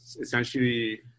essentially